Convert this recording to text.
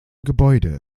gebäude